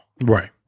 Right